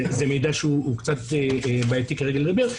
זה מידע שהוא קצת בעייתי כרגע לדבר,